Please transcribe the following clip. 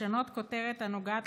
לשנות כותרת הנוגעת